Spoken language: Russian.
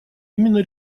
именно